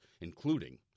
including